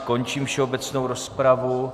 Končím všeobecnou rozpravu.